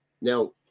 Now